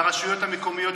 לרשויות המקומיות.